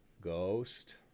Ghost